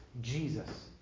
Jesus